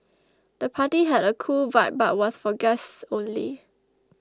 the party had a cool vibe but was for guests only